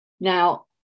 Now